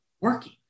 working